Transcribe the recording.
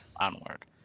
Onward